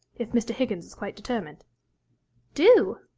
if mr. higgins is quite determined do?